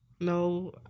No